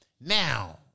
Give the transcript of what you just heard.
Now